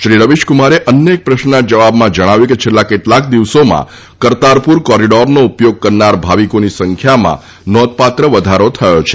શ્રી રવિશક્રમારે અન્ય એક પ્રશ્નના જવાબમાં જણાવ્યું હતું કે છેલ્લા કેટલાક દિવસોમાં કરતારપુર કોરીડોરનો ઉપયોગ કરનાર ભાવીકોની સંખ્યામાં નોંધપાત્ર વધારો થયો છે